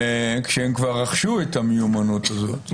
כשהם כבר רכשו את המיומנות הזאת.